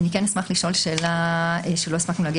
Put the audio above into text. אני כן אשמח לשאול שאלה שלא הספקנו להגיע